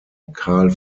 carl